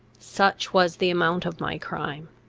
such was the amount of my crime,